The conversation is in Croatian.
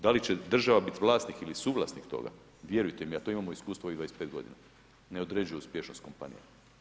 Da li će država bit vlasnik ili suvlasnik toga, vjerujte mi, a to imamo iskustvo i 25 godina ne određuje uspješnost kompanija.